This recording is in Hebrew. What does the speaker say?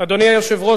אדוני היושב-ראש,